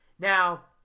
Now